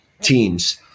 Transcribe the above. teams